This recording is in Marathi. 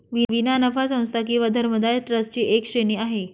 विना नफा संस्था किंवा धर्मदाय ट्रस्ट ची एक श्रेणी आहे